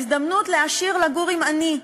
ההזדמנות לעשיר לגור עם עני,